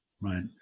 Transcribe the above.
right